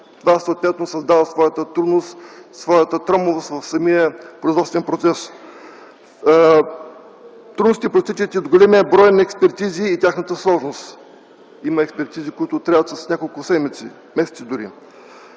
Това съответно създава своята трудност, своята тромавост в самия производствен процес. Трудностите произтичат и от големия брой експертизи и тяхната сложност. Има експертизи, които траят с няколко седмици, месеци дори.